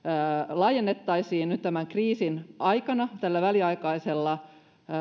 laajennettaisiin nyt tämän kriisin aikana tällä väliaikaisella